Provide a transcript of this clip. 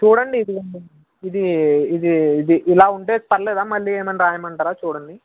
చూడండి ఇది ఇది ఇది ఇలా ఉంటే పర్లేదా మళ్ళీ ఏమైనా రాయమంటారా చూడండి